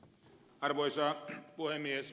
arvoisa puhemies